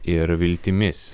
ir viltimis